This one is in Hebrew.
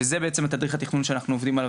וזה בעצם תדריך התכנון שאנחנו עובדים עליו